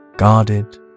Guarded